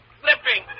slipping